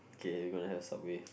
K we going have subway